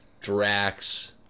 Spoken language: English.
Drax